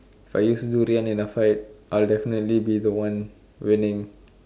if I use durian in a fight I'll definitely be the one winning